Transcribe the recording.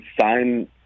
sign